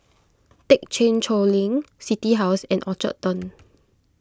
thekchen Choling City House and Orchard Turn